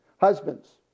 Husbands